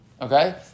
Okay